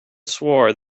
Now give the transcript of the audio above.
swore